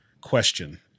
question